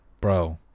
Bro